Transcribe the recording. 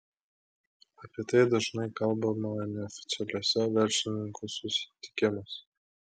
apie tai dažnai kalbama neoficialiuose verslininkų susitikimuose